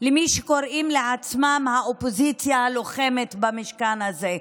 למי שקוראים לעצמם אופוזיציה לוחמת במשכן הזה.